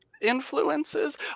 influences